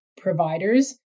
providers